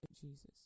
Jesus